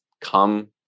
come